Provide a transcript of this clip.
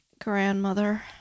grandmother